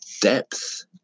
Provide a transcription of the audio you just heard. depth